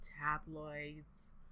tabloids